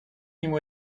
нему